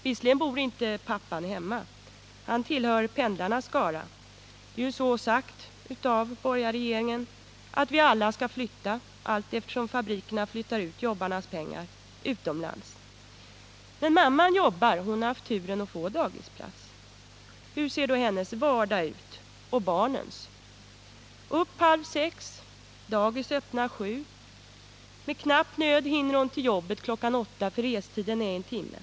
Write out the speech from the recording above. Visserligen bor inte pappan hemma, eftersom han tillhör pendlarnas skara — det är ju sagt av borgarregeringen att vi alla skall flytta allteftersom fabrikerna flyttar ut arbetarnas pengar utomlands - men mamman jobbar, eftersom hon har haft turen att få in barnen på daghem. Hur ser då hennes och barnens vardag ut? Jo, de går upp halv sex på morgonen, och daghemmet öppnar kl. 7. Med knapp nöd hinner hon till jobbet kl. 8, eftersom restiden är en timme.